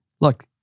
look